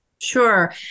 Sure